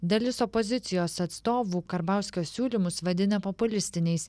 dalis opozicijos atstovų karbauskio siūlymus vadina populistiniais